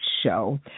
Show